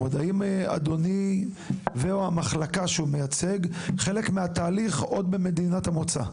האם אדוני והמחלקה שהוא מייצג חלק מהתהליך עוד במדינת המוצא?